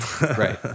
Right